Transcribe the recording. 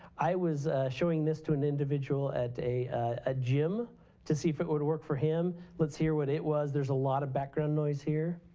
i was showing this to an individual at a a gym to see if it would work for him. let's hear what it was, there's a lot of background noise here.